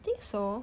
I think so